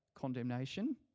condemnation